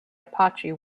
apache